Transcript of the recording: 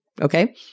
okay